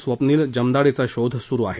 स्वप्नील जमदाडेचा शोध सुरू आहे